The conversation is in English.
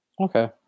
Okay